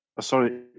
Sorry